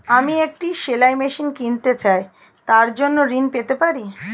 আমি একটি সেলাই মেশিন কিনতে চাই তার জন্য ঋণ পেতে পারি?